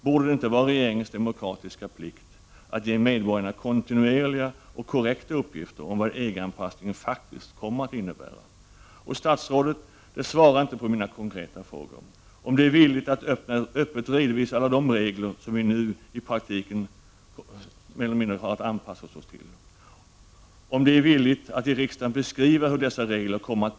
Borde det inte vara regeringens demokratiska plikt att ge medborgarna kontinuerliga och korrekta uppgifter om vad en EG-anpassning faktiskt kommer att innebära? Statsrådet svarar inte på mina konkreta frågor: 1. om hon är villig att öppet redovisa alla de regler som vi nu i praktiken har anpassat oss till, 2. om hon är villig att i riksdagen beskriva hur dessa regler i detalj kommer = Prot.